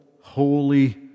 holy